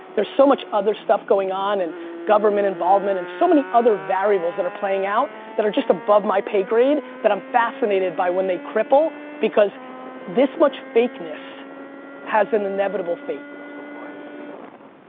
there's so much other stuff going on and government involvement and so many other variables that are playing out that are just above my pay grade that i'm fascinated by when they cripple because this much fakeness has an inevitable fate. so why are you raising a